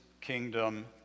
kingdom